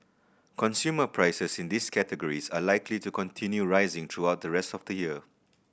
consumer prices in these categories are likely to continue rising throughout the rest of the year